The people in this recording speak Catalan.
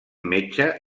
metge